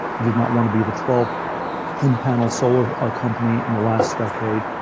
you do not want to be the twelfth thin panel solar ah company in the last decade.